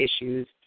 issues